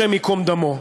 השם ייקום דמו.